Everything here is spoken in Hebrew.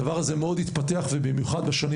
הדבר הזה מאוד התפתח ובמיוחד בשנים